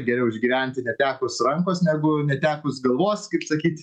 geriau išgyventi netekus rankos negu netekus galvos kaip sakyt